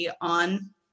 on